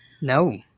no